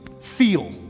feel